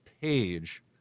page